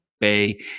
Bay